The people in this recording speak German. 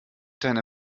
deine